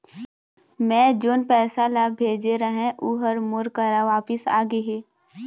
मै जोन पैसा ला भेजे रहें, ऊ हर मोर करा वापिस आ गे हे